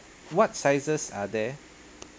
what sizes are there